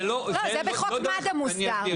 לא, זה בחוק מד"א מסודר.